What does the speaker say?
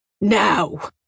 Now